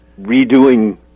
redoing